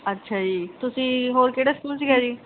ਅੱਛਾ ਜੀ ਤੁਸੀਂ ਹੋਰ ਕਿਹੜਾ ਸਕੂਲ ਸੀਗਾ ਜੀ